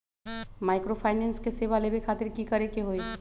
Microfinance के सेवा लेबे खातीर की करे के होई?